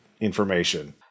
information